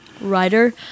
writer